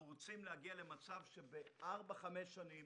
אנחנו רוצים להגיע למצב שתוך ארבע חמש שנים